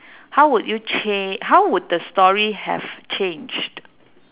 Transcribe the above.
how would you cha~ how would the story have changed